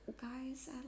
guys